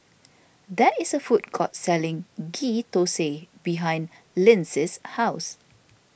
there is a food court selling Ghee Thosai behind Lyndsey's house